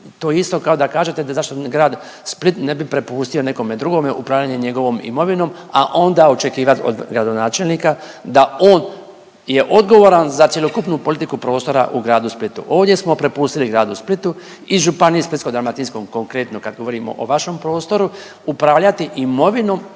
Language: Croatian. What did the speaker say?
To je isto kao da kažete da zašto grad Split ne bi prepustio nekome drugome upravljanje njegovom imovinom, a onda očekivati od gradonačelnika da on je odgovoran za cjelokupnu politiku prostora u gradu Splitu. Ovdje smo prepustili gradu Splitu i Županiji Splitsko-dalmatinskoj konkretno kad govorimo o vašem prostoru upravljati imovinom